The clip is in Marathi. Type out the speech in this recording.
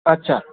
अच्छा